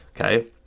Okay